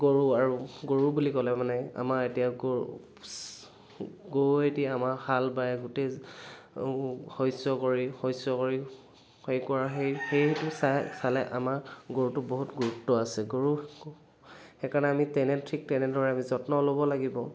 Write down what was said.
গৰু আৰু গৰু বুলি ক'লে মানে আমাৰ এতিয়া গৰু গৰুৱে এতিয়া আমাৰ হাল বায় গোটেই শস্য কৰি শস্য কৰি সেই কৰা সেই সেইটো চাই চালে আমাৰ গৰুটোৰ বহুত গুৰুত্ব আছে গৰু সেইকাৰণে আমি তেনে ঠিক তেনেদৰে আমি যত্ন ল'ব লাগিব